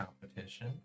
competition